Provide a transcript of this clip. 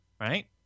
Right